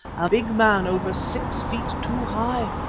a big man over six feet two high,